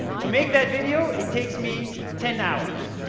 to make that video, it takes me ten hours.